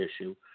issue